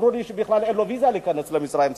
אמרו לי שבכלל אין לו ויזה להיכנס למצרים,